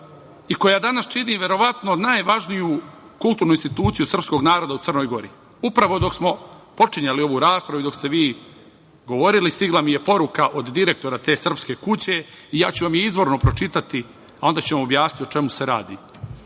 i koja danas čini verovatno najvažniju kulturnu instituciju srpskog naroda u Crnoj Gori. Upravo dok smo počinjali ovu raspravu i dok ste vi govorili stigla mi je poruka od direktora te Srpske kuće i ja ću vam je izvorno pročitati, a onda ću vam objasniti o čemu se